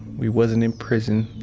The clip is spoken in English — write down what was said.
we wasn't in prison.